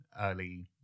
early